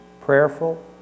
prayerful